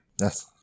Yes